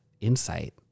insight